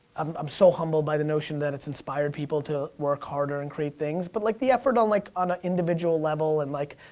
i'm so humbled by the notion that it's inspired people to work harder and create things, but like, the effort on like, on an individual level, and like,